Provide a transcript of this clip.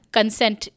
Consent